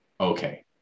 okay